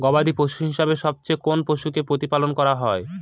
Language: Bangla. গবাদী পশু হিসেবে সবচেয়ে কোন পশুকে প্রতিপালন করা হয়?